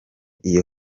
iyo